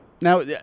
Now